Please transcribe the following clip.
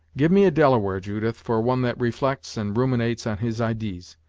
give me a delaware, judith, for one that reflects and ruminates on his idees!